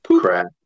crap